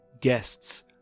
guests